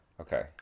Okay